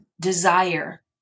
desire